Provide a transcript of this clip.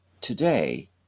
today